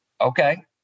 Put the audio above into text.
Okay